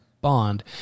bond